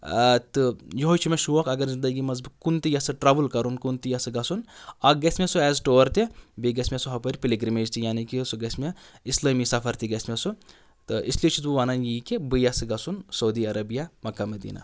تہٕ یہوہَے چھ مےٚ شوق اگر زِندٕگی منٛز بہٕ کُن تہِ یَژھٕ ٹرٛوٕل کَرُن کُن تہِ یَژھٕ گَژھُن اَکھ گژھِ مےٚ سُہ ایز ٹور تہِ بیٚیہِ گژھِ مےٚ سُہ ہُپٲرۍ پَلگِرٛمیج تہِ یعنے کہ سُہ گژھِ مےٚ اِسلٲمی سَفر تہِ گژھِ مےٚ سُہ تہٕ اِسلیے چھُس بہٕ وَنان یی کہ بہٕ یَژھٕ گژھُن سعودی عربیا مکہ مدیٖنہ